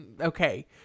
Okay